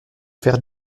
faire